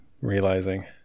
realizing